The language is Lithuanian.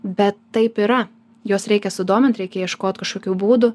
bet taip yra juos reikia sudomint reikia ieškot kažkokių būdų